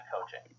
coaching